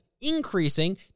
increasing